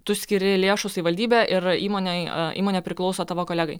tu skiri lėšų savivaldybė ir įmonei o įmonė priklauso tavo kolegai